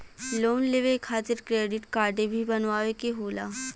Loan लेवे खातिर credit काडे भी बनवावे के होला?